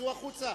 תצאו החוצה,